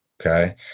okay